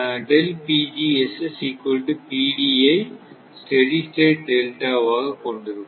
வை steady state டெல்டாவாக கொண்டிருப்போம்